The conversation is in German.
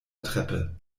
treppe